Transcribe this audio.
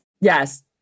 Yes